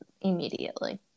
immediately